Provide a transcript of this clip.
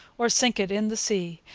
or sink it in the sea,